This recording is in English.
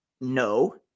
no